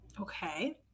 Okay